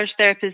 therapists